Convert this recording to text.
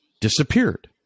disappeared